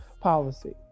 policy